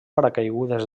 paracaigudes